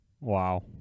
Wow